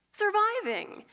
surviving.